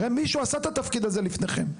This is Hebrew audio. הרי מישהו עשה את התפקיד הזה לפני כן.